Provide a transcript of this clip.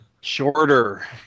Shorter